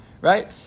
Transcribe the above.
Right